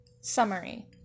summary